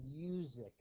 music